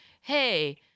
hey